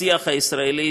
בשיח הישראלי,